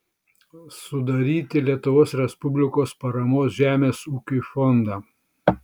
sudaryti lietuvos respublikos paramos žemės ūkiui fondą